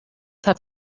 have